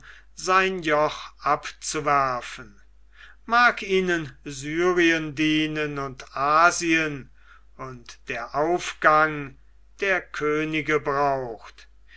sein joch abzuwerfen mag ihnen syrien dienen und asien und der aufgang der könige braucht